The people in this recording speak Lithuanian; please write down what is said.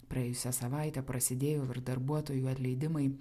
praėjusią savaitę prasidėjo darbuotojų atleidimai